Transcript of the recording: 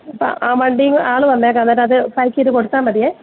ആ വണ്ടിയിൽ ആളു വന്നേക്കാം അന്നേരമത് പാക്കേയ്തു കൊടുത്താല് മതിയേ